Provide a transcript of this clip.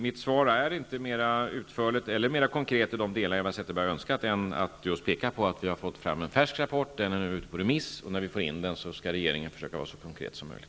Mitt svar är inte mera utförligt eller konkret i de delar Eva Zetterberg önskat än att det just pekar på att vi har fått fram en färsk rapport. Den är nu ute på remiss. När vi får in den skall regeringen försöka vara så konkret som möjligt.